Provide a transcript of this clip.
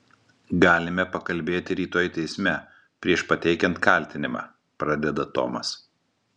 galime pakalbėti rytoj teisme prieš pateikiant kaltinimą pradeda tomas